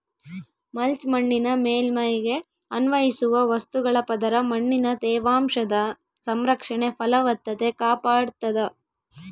mulch ಮಣ್ಣಿನ ಮೇಲ್ಮೈಗೆ ಅನ್ವಯಿಸುವ ವಸ್ತುಗಳ ಪದರ ಮಣ್ಣಿನ ತೇವಾಂಶದ ಸಂರಕ್ಷಣೆ ಫಲವತ್ತತೆ ಕಾಪಾಡ್ತಾದ